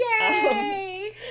Yay